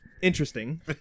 interesting